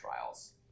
trials